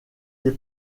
des